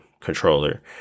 controller